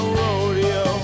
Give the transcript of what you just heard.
rodeo